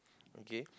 okay